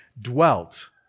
dwelt